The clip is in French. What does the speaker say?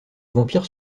vampires